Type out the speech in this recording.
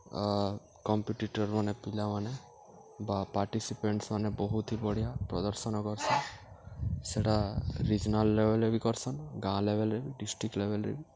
କମ୍ପିଟିଟର୍ମାନେ ପିଲାମାନେ ବା ପାର୍ଟିସିପେଣ୍ଟ୍ସମାନେ ବହୁତ୍ ହି ବଢ଼ିଆ ପ୍ରଦର୍ଶନ କରସନ୍ ସେଟା ରିଜ୍ନାଲ୍ ଲେଭେଲ୍ରେ ବି କର୍ସନ୍ ଗାଁ ଲେଭେଲ୍ରେ ବି ଡିଷ୍ଟ୍ରିକ୍ଟ ଲେଭେଲ୍ରେ ବି